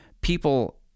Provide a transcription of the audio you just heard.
People